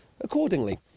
accordingly